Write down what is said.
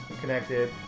connected